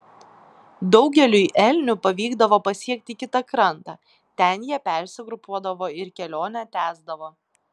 daugeliui elnių pavykdavo pasiekti kitą krantą ten jie persigrupuodavo ir kelionę tęsdavo